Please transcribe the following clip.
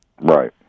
right